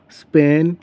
Spain